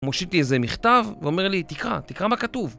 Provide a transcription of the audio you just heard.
מושיט לי איזה מכתב ואומר לי, תקרא, תקרא מה כתוב.